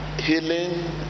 healing